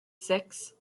six